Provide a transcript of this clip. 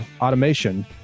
automation